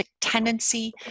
tendency